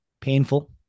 painful